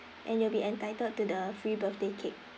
and you'll be entitled to the free birthday cake